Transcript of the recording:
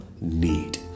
need